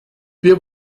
wir